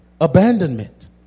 abandonment